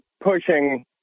pushing